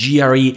GRE